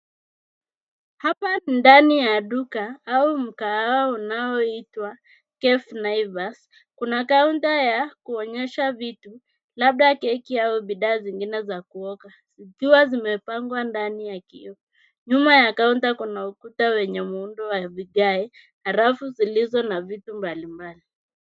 Hapa ni ndani ya duka au mkahawa unaoitwa cafe naivas . Kuna kaunta ya kuonyesha vitu labda keki au bidhaa zingine za kuoka zikiwa zimepangwa ndani ya kioo. Nyuma ya kaunta kuna ukuta wenye muundo wa vigae na rafu zilizo na vitu mbalimbali.